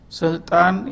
Sultan